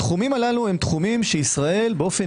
התחומים הללו הם תחומים שישראל באופן